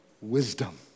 Wisdom